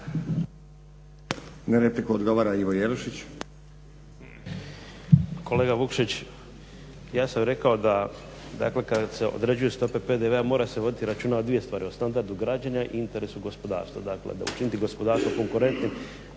Jelušić. **Jelušić, Ivo (SDP)** Kolega Vukšić ja sam rekao da dakle kad se određuju stope PDV-a mora se voditi računa o dvije stvari, o standardu građana i interesu gospodarstva. Dakle, učiniti gospodarstvo konkurentnim